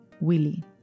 Willie